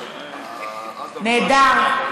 נהדר,